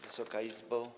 Wysoka Izbo!